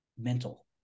mental